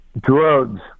Drugs